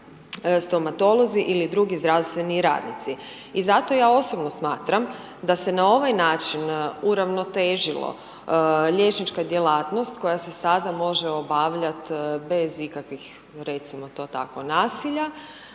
stomatolozi ili drugi zdravstveni radnici. I zato je osobno smatram da se na ovaj način uravnotežilo liječnička djelatnost koja se sada može obavljat bez ikakvih, recimo to tako, nasilja,